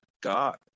God